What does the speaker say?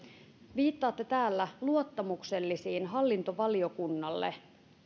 viittaatte täällä luottamuksellisiin hallintovaliokunnalle